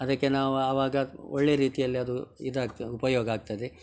ಅದಕ್ಕೆ ನಾವು ಆವಾಗ ಒಳ್ಳೆ ರೀತಿಯಲ್ಲಿ ಅದು ಇದಾಗ್ತದೆ ಉಪಯೋಗ ಆಗ್ತದೆ